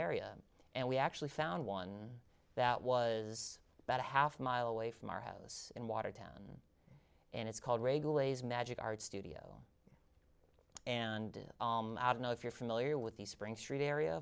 area and we actually found one that was about a half mile away from our house in watertown and it's called reagan ways magic arts studio and i don't know if you're familiar with the spring street area